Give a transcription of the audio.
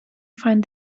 find